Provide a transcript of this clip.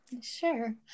Sure